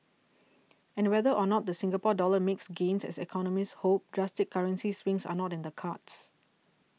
and whether or not the Singapore Dollar makes gains as economists hope drastic currency swings are not in the cards